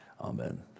Amen